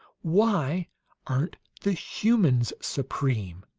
why aren't the humans supreme?